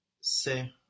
C'est